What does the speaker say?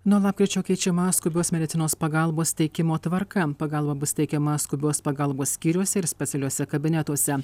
nuo lapkričio keičiama skubios medicinos pagalbos teikimo tvarka pagalba bus teikiama skubios pagalbos skyriuose ir specialiuose kabinetuose